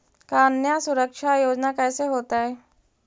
कन्या सुरक्षा योजना कैसे होतै?